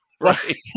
Right